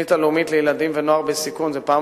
בתוכנית הלאומית לילדים ונוער בסיכון זו פעם